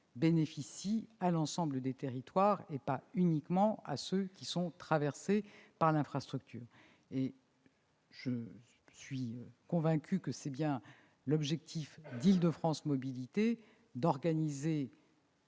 bénéficient à l'ensemble des territoires, et pas uniquement à ceux qui sont traversés par l'infrastructure. Je suis convaincue que tel est bien l'objectif d'Île-de-France Mobilités : organiser